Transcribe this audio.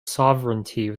sovereignty